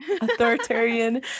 authoritarian